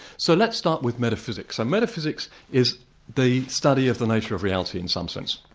so let's start with metaphysics. um metaphysics is the study of the nature of reality in some sense.